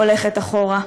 הולכת אחורה,